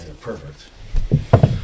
Perfect